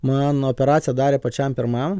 man operaciją darė pačiam pirmam